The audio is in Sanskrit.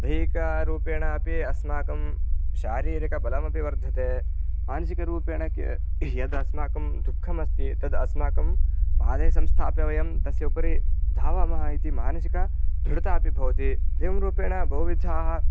दैहिकरूपेण अपि अस्माकं शारीरिकबलमपि वर्धते मानसिकरूपेण यद् अस्माकं दुःखमस्ति तद् अस्माकं पादे संस्थाप्य वयं तस्य उपरि धावामः इति मानसिकदृढता अपि भवति एवं रूपेण बहुविधाः